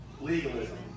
Legalism